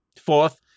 Fourth